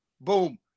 Boom